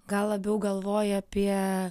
gal labiau galvoja apie